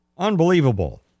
Unbelievable